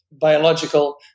biological